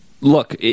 Look